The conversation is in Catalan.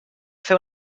fer